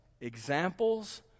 examples